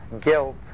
guilt